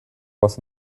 was